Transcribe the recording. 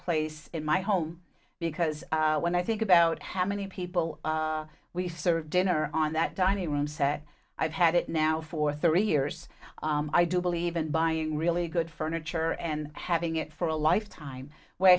place in my home because when i think about how many people we serve dinner on that dining room set i've had it now for three years i do believe in buying really good furniture and having it for a lifetime where